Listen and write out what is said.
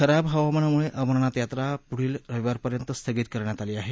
खराब हवामानामुळे अमरनाथ यात्रा पुढील रविवार पर्यंत स्थगित करण्यात आली आहे